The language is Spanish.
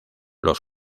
los